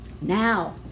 Now